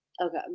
Okay